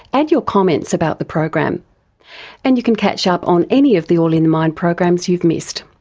add your comments about the program and you can catch up on any of the all in the mind programs you've missed.